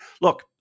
Look